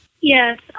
Yes